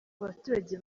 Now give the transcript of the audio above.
abaturage